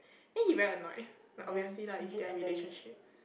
then he very annoyed but obviously lah it's their relationship